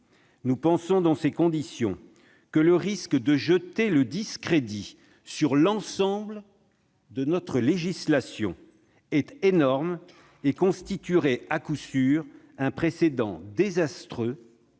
Nous estimons, dans ces conditions, que le risque de jeter le discrédit sur l'ensemble de notre législation est énorme et constituerait, à coup sûr, un précédent désastreux-